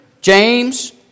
James